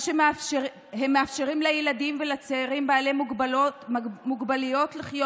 הם מאפשרים לילדים ולצעירים בעלי מוגבלויות לחיות